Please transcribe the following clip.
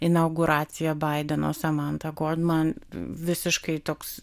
inauguraciją baideno samanta godman visiškai toks